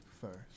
first